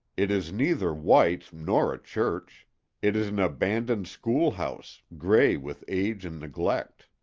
it is neither white nor a church it is an abandoned schoolhouse, gray with age and neglect.